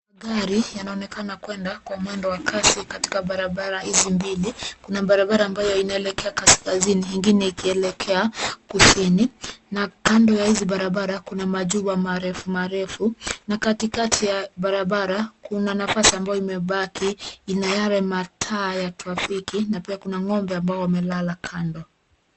Magari yanaonekana kwenda kwa mwendo wa kasi katika barabara hizi mbili. Kuna barabara ambayo inaelekea kaskazini, ingine ikielekea kusini na kando ya hizi barabara kuna majuwa marefu marefu na katikati ya barabara kuna nafasi ambayo imebaki ina yale mataa ya trafiki na pia kuna ng'ombe ambao wamelala kando.